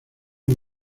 muy